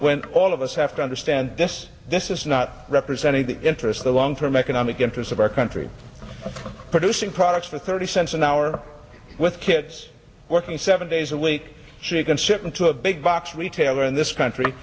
went all of us have to understand this this is not representing the interests the long term economic interests of our country producing products for thirty cents an hour with kids working seven days a week she can chip in to a big box retailer in this country